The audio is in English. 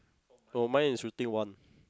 oh mine is shooting one